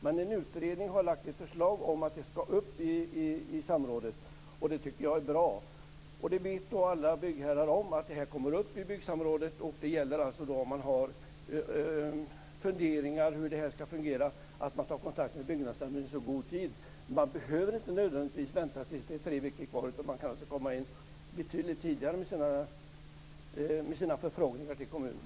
Men en utredning har lagt fram ett förslag om att det skall upp i samrådet, vilket jag tycker är bra. Alla byggherrar vet om att detta kommer upp i byggsamrådet. Om man har funderingar om hur detta skall fungera får man ta kontakt med byggnadsnämnden i god tid. Man behöver inte nödvändigtvis vänta tills det är tre veckor kvar. Man kan alltså komma in betydligt tidigare med sina förfrågningar till kommunen.